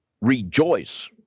rejoice